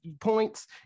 points